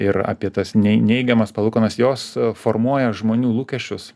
ir apie tas nei neigiamas palūkanas jos formuoja žmonių lūkesčius